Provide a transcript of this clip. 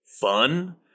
fun